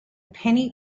penny